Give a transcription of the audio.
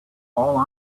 all